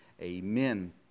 Amen